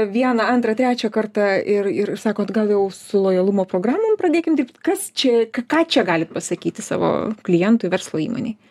vieną antrą trečią kartą ir ir sakot gal jau su lojalumo programom pradėkim dirbt kas čia ką čia galit pasakyti savo klientui verslo įmonei